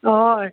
हय